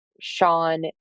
Sean